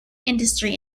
industry